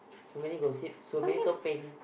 so many gossip so many